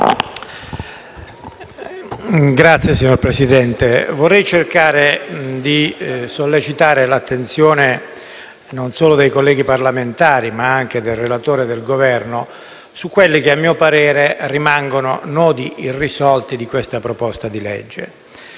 XVII)*. Signor Presidente, vorrei sollecitare l'attenzione non solo dei colleghi parlamentari, ma anche del relatore e del Governo, su quelli che a mio parere rimangono nodi irrisolti del disegno di legge